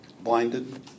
blinded